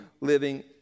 living